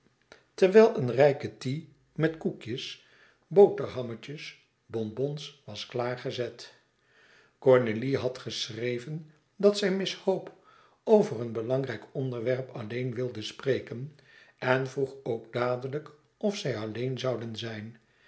terwijl een rijke tea met koekjes boterhammetjes bonbons was klaargezet cornélie had geschreven dat zij iss ope e ids aargang over een belangrijk onderwerp alleen wilde spreken en vroeg ook dadelijk of zij alleen zouden zijn